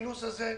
לכינוס הזה,